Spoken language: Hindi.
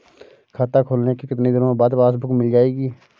खाता खोलने के कितनी दिनो बाद पासबुक मिल जाएगी?